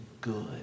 good